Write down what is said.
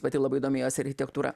pati labai domėjosi architektūra